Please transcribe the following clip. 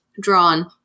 drawn